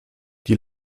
die